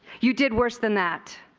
you did worse than that.